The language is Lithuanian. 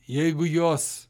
jeigu jos